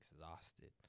exhausted